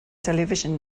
television